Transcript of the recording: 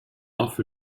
off